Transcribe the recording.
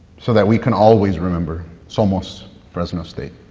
so that we can always remember somos fresno state.